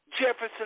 Jefferson